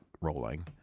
rolling